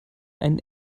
einen